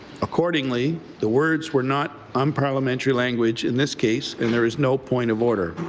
accordingly, the words were not unparliamentary language in this case and there is no point of order.